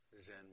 Zen